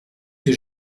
que